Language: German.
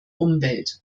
umwelt